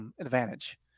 advantage